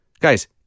Guys